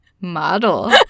model